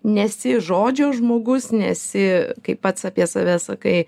nesi žodžio žmogus nesi kaip pats apie save sakai